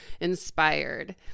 inspired